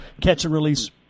catch-and-release